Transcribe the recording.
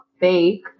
bake